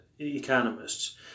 economists